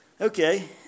okay